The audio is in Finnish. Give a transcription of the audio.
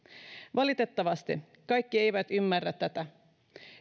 valitettavasti kaikki eivät ymmärrä tätä